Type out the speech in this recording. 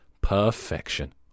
Perfection